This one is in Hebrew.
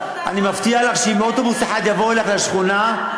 אני מבטיח לך שאם אוטובוס אחד יבוא אלייך לשכונה,